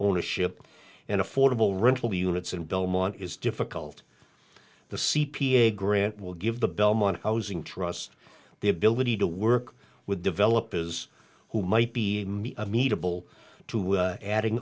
ownership and affordable rental units in belmont is difficult the c p a grant will give the belmont housing trust the ability to work with developers who might be a medieval to adding